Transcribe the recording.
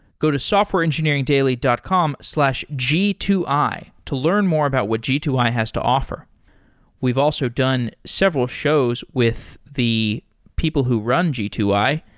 go to softwareengineeringdaily dot com slash g two i to learn more about what g two i has to offer we've also done several shows with the people who run g i,